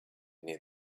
near